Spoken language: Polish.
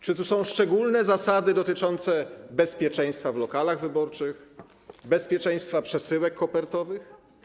Czy tu są opisane szczególne zasady dotyczące bezpieczeństwa w lokalach wyborczych, bezpieczeństwa przesyłek kopertowych?